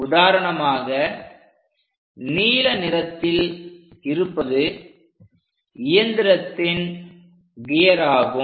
உதாரணமாக நீல நிறத்தில் இருப்பது இயந்திரத்தின் கியர் ஆகும்